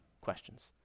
questions